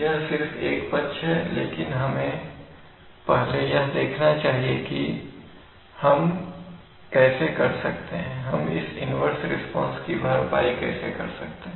यह सिर्फ एक पक्ष है लेकिन हमें पहले यह देखना चाहिए कि हम कैसे कर सकते हैं हम इस इन्वर्स रिस्पांस की भरपाई कैसे कर सकते हैं